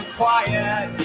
quiet